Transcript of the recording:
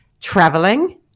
traveling